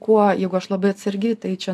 kuo jeigu aš labai atsargi tai čia